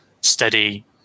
steady